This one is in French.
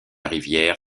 rivière